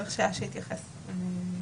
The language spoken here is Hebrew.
אשי צריך להתייחס לזה.